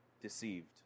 deceived